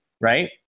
right